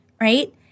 right